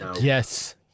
Yes